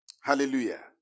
Hallelujah